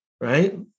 Right